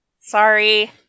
sorry